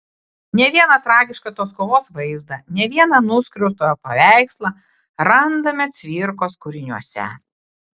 ne vieną tragišką tos kovos vaizdą ne vieną nuskriaustojo paveikslą randame cvirkos kūriniuose